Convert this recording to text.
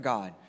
God